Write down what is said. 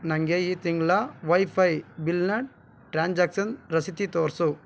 ನನಗೆ ಈ ತಿಂಗಳ ವೈಫೈ ಬಿಲ್ನ ಟ್ರಾನ್ಜ್ಯಾಕ್ಷನ್ ರಸೀತಿ ತೋರಿಸು